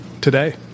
today